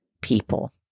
people